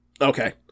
Okay